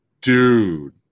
Dude